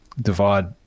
divide